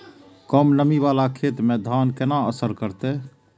कम नमी वाला खेत में धान केना असर करते?